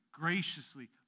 graciously